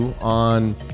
on